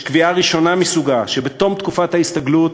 יש קביעה ראשונה מסוגה שבתום תקופת ההסתגלות